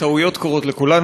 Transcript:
טעויות קורות לכולנו.